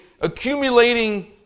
accumulating